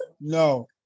No